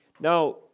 Now